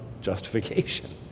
justification